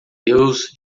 deus